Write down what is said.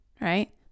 right